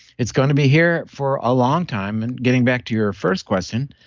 it's going to be here for a long time. and getting back to your first question,